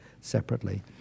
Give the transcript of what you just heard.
separately